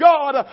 God